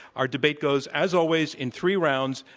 our debate goes, as always, in three rounds,